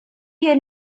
hier